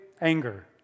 anger